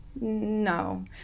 no